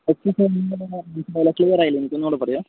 clear ആയില്ല എനിക്ക് ഒന്നുകൂടി പറയുമോ